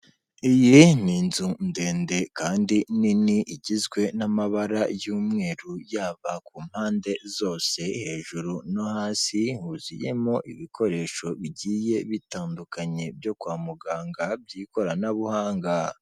Iyi ni inzu ndende kandi nini igizwe n'amabara y'umweru yaba ku mpande zose, hejuru no hasi huzuyemo ibikoresho bigiye bitandukanye byo kwa muganga by'ikoranabuhanga.